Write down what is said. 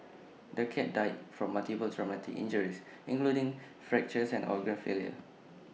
the cat died from multiple traumatic injuries including fractures and organ failure